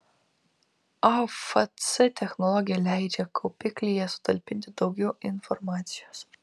afc technologija leidžia kaupiklyje sutalpinti daugiau informacijos